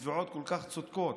בתביעות כל כך צודקות: